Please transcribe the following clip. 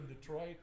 detroit